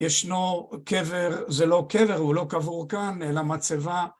ישנו קבר, זה לא קבר, הוא לא קבור כאן, אלא מצבה.